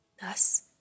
Thus